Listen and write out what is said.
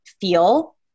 feel